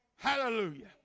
Hallelujah